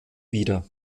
wieder